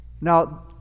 now